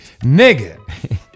nigga